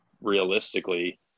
realistically